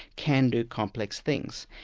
can do complex things.